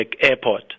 Airport